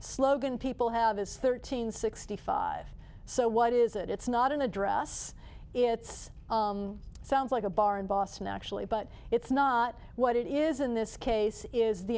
slogan people have is thirteen sixty five so what is it it's not an address it's sounds like a bar in boston actually but it's not what it is in this case is the